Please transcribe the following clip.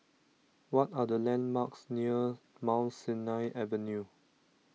what are the landmarks near Mount Sinai Avenue